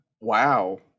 wow